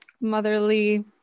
motherly